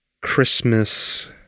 Christmas